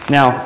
Now